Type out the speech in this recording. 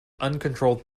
uncontrolled